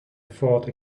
fought